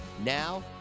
Now